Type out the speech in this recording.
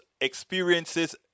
experiences